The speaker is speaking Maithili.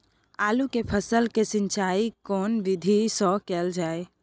आलू के फसल के सिंचाई केना विधी स कैल जाए?